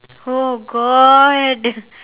oh god